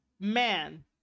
man